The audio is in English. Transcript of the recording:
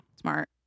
Smart